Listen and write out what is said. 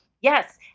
Yes